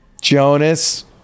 jonas